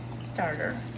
starter